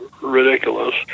ridiculous